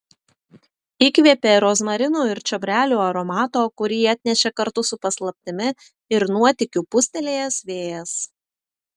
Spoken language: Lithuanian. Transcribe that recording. įkvėpė rozmarinų ir čiobrelių aromato kurį atnešė kartu su paslaptimi ir nuotykiu pūstelėjęs vėjas